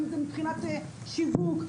אם זה מבחינת שיווק,